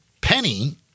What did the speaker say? penny